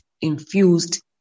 infused